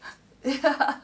ya